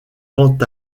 quant